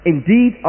Indeed